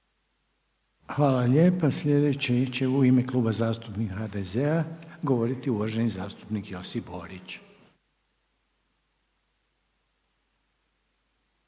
Hvala lijepa. Sljedeći će u ime Kluba zastupnika HDZ-a, govoriti uvaženi zastupnik Josip Borić.